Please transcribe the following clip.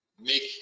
make